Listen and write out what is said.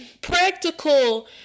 practical